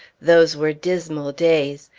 those were dismal days.